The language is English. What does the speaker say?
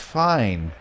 fine